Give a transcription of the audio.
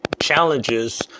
challenges